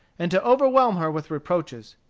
and to overwhelm her with reproaches.